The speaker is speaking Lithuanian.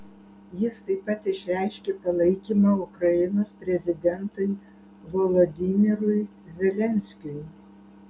jis taip pat išreiškė palaikymą ukrainos prezidentui volodymyrui zelenskiui